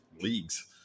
leagues